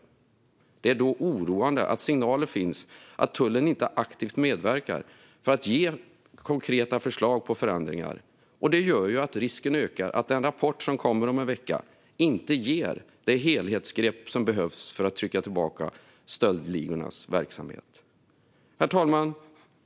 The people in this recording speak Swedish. Därför är det oroande att det finns signaler om att tullen inte aktivt medverkar för att ge konkreta förslag på förändring. Detta ökar risken för att den rapport som kommer om en vecka inte tar det helhetsgrepp som behövs för att trycka tillbaka stöldligornas verksamhet. Herr talman!